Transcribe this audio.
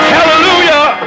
Hallelujah